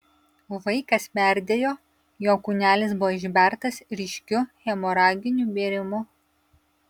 vaikas merdėjo jo kūnelis buvo išbertas ryškiu hemoraginiu bėrimu